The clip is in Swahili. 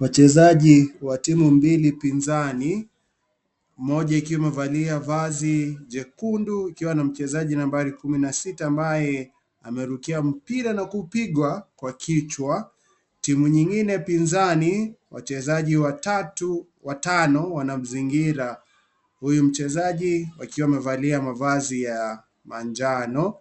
Wachezani wa timu mbili pinzani, moja ikiwa imevalia vazi jekundu ikiwa na mchezaji nambari kuni na sita ambaye amerukia mpira na kupiga kwa kichwa, timu nyingine pinzani wachezaji watano wanamzingira huyu mchezaji wakiwa wamevalia mavazi ya manjano,